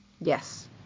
Yes